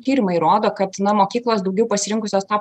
tyrimai rodo kad na mokyklos daugiau pasirinkusios tą